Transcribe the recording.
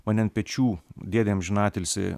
mane ant pečių dėdė amžinatilsį